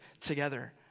together